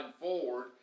forward